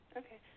okay